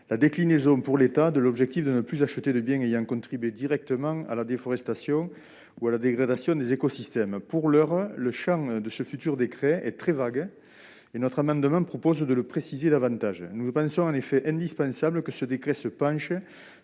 l'objectif pour l'État de ne plus acheter de biens ayant contribué directement à la déforestation ou à la dégradation des écosystèmes. Pour l'heure, le champ de ce futur décret est très vague. Par notre amendement, nous proposons de le préciser davantage, car nous pensons qu'il est indispensable que ce décret traite